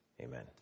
Amen